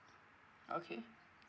okay